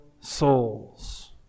souls